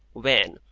when,